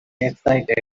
excited